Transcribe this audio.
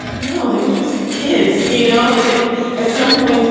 no, they were just kids. you know, they get at some point,